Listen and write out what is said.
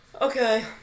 Okay